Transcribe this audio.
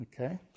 Okay